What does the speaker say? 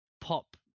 Pop